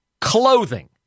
Clothing